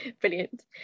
Brilliant